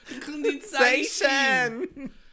Condensation